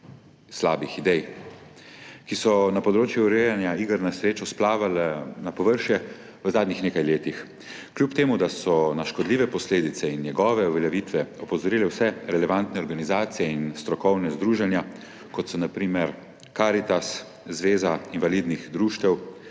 slabih idej, ki so na področju urejanja iger na srečo splavale na površje v zadnjih nekaj letih. Čeprav so na škodljive posledice njegove uveljavitve opozorile vse relevantne organizacije in strokovna združenja, kot so na primer Karitas, zveza invalidnih društev,